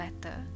better